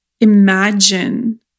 imagine